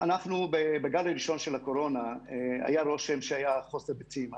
בגל הראשון של הקורונה היה רושם שהיה חוסר בביצים.